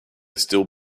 still